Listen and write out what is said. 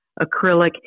acrylic